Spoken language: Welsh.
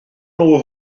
nhw